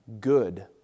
good